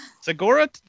Segura